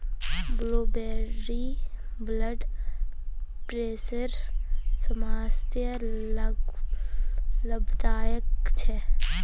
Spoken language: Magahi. ब्लूबेरी ब्लड प्रेशरेर समस्यात लाभदायक छे